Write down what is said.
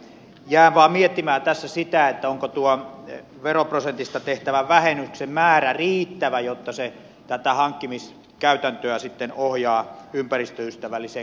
jään vaan miettimään tässä sitä onko tuo veroprosentista tehtävä vähennyksen määrä riittävä jotta se tätä hankkimiskäytäntöä ohjaa ympäristöystävälliseen kalustoon